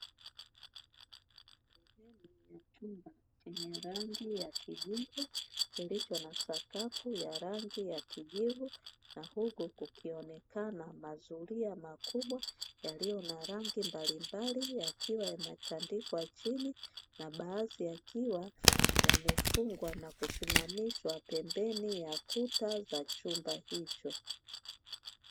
Sehemu ya chumba chenye rangi ya kijivu kilicho na sakafu ya rangi ya kijivu, na huku kukionekana mazuria makubwa yaliyo na rangi mbalimbali yakiwa yametandikwa chini na baadhi yakiwa yamefungwa na kusimamishwa pembeni ya kuta za chumba hicho.